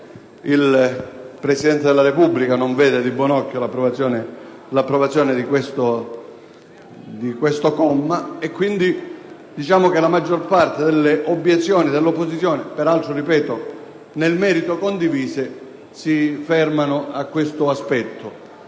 il Presidente della Repubblica non vede di buon occhio l'approvazione di questo comma. Quindi, possiamo dire che la maggior parte delle obiezioni dell'opposizione - peraltro, ripeto, nel merito condivise - si fermano a tale aspetto.